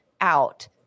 out